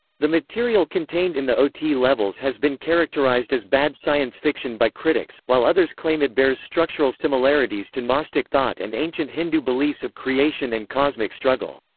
the material contained in the ot levels has been characterized as bad science fiction by critics, while others claim it bears structural similarities to gnostic thought and ancient hindu beliefs of creation and cosmic struggle.